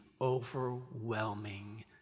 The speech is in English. overwhelming